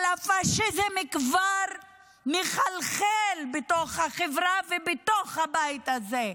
אבל הפשיזם כבר מחלחל בתוך החברה ובתוך הבית הזה.